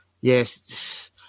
Yes